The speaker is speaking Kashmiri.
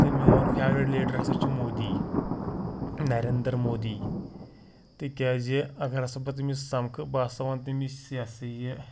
تہٕ میوٗن فیورِٹ لیٖڈَر ہَسا چھُ مودی نَرنٛدرمودی تِکیٛازِ اَگَر ہَسا بہٕ تٔمِس سَمکھہٕ بہٕ ہَسا وَنہٕ تٔمِس یہِ ہَسا یہِ